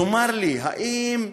תאמר לי, האם,